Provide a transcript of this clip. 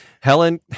Helen